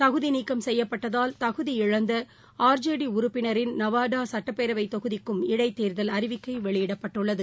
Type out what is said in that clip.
தகுதிநீக்கம் செய்யப்பட்டதால் தகுதியிழந்தஆர்ஜேடீஉறுப்பினரின் நவாடாசட்டப்பேரவைதொகுதிக்கும் இடைத்தேர்தல் அறிவிக்கைவெளியிடப்பட்டுள்ளது